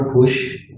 push